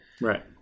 Right